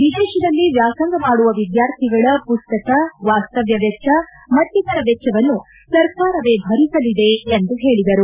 ವಿದೇತದಲ್ಲಿ ವ್ಯಾಸಂಗ ಮಾಡುವ ವಿದ್ಯಾರ್ಥಿಗಳ ಮಸ್ತಕ ವಾಸ್ತವ್ದ ವೆಚ್ಚ ಮತ್ತಿತರ ವೆಚ್ಚವನ್ನು ಸರ್ಕಾರವೇ ಭರಿಸಲಿದೆ ಎಂದು ಹೇಳಿದರು